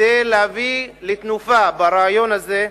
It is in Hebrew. כדי להביא תנופה לרעיון הזה.